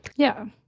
yeah.